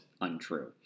untrue